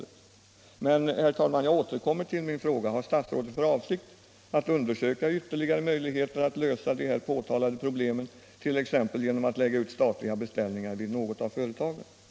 Men, Om åtgärder för att herr talman, jag återkommer till min fråga: Har statsrådet för avsikt öka sysselsättningsatt undersöka om det finns ytterligare möjligheter att lösa de här påtalade = möjligheterna i problemen t.ex. genom att lägga ut statliga beställningar till något av Ljusdals kommun företagen?